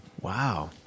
Wow